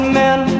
men